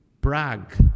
Prague